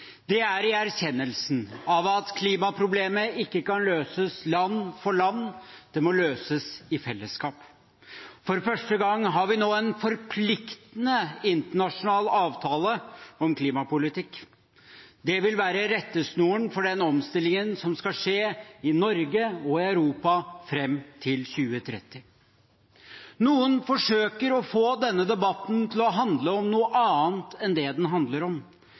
Det er i erkjennelsen av at klimaproblemet ikke kan løses land for land, det må løses i fellesskap. For første gang har vi nå en forpliktende internasjonal avtale om klimapolitikk. Det vil være rettesnoren for den omstillingen som skal skje i Norge og i Europa fram til 2030. Noen forsøker å få denne debatten til å handle om noe annet enn det den handler om.